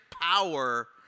power